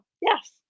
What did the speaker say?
yes